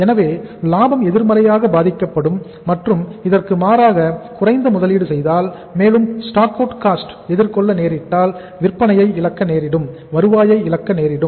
எனவே லாபம் எதிர்மறையாக பாதிக்கப்படும் மற்றும் இதற்கு மாறாக குறைந்த முதலீடு செய்தால் மேலும் ஸ்டாக் அவுட் காஸ்ட் எதிர்கொள்ள நேரிட்டால் விற்பனையை இழக்க நேரிடும் வருவாயை இழக்க நேரிடும்